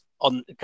on